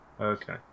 Okay